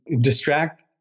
distract